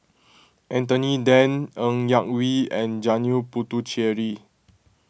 Anthony then Ng Yak Whee and Janil Puthucheary